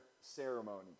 ceremony